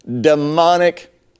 demonic